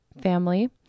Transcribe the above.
family